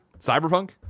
Cyberpunk